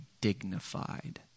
dignified